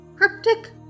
cryptic